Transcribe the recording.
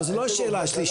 אבל זאת לא השאלה שלי.